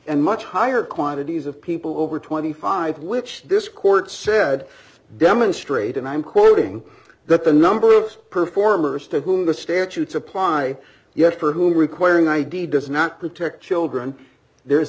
and much higher quantities of people over twenty five which this court said demonstrate and i'm quoting that the number of performers to whom the stair chewed supply the esper who requiring aidid does not protect children there